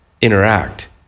interact